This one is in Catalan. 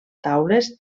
taules